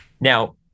Now